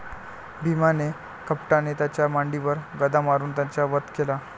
भीमाने कपटाने त्याच्या मांडीवर गदा मारून त्याचा वध केला